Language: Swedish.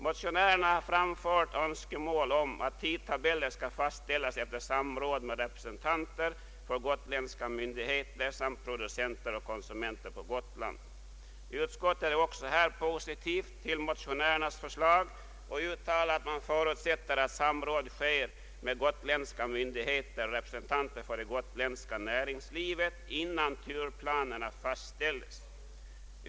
Motionärerna har framfört önskemål om att tidtabellerna skall fastställas efter samråd med representanter för gotländska myndigheter samt producenter och konsumenter på Gotland. Utskottet är också härvidlag positivt till motionärernas förslag och uttalar att man förutsätter att samråd sker med gotländska myndigheter och representanter för det gotländska näringslivet innan turplanerna fastställes.